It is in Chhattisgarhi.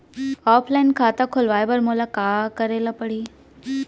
ऑफलाइन खाता खोलवाय बर मोला का करे ल परही?